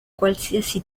qualsiasi